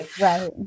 Right